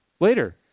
later